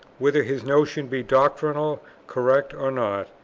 whether his notion be doctrinally correct or not,